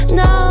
no